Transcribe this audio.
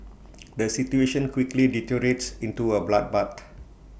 the situation quickly deteriorates into A bloodbath